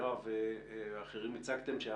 יואב ואחרים הצגתם,